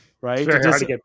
Right